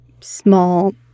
small